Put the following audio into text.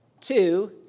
two